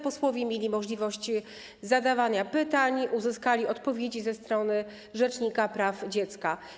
Posłowie mieli możliwość zadawania pytań i uzyskali odpowiedzi ze strony rzecznika praw dziecka.